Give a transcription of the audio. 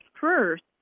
first